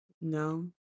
No